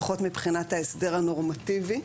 לפחות מבחינת ההסדר הנורמטיבי.